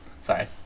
Sorry